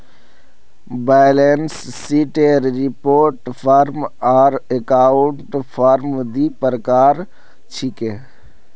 balance शीटेर report form आर account form दी प्रकार छिके